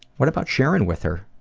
what about sharing with her?